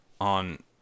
on –